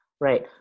Right